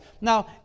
Now